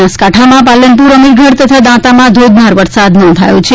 બનાસકાંઠામાં પાલનપૂર અમીરગઢ તથા દાંતામાં ધોધમાર વરસાદ નોંધાયો છે